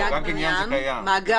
גג בניין קיים.